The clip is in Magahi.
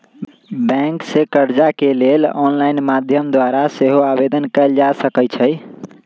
बैंक से कर्जा के लेल ऑनलाइन माध्यम द्वारा सेहो आवेदन कएल जा सकइ छइ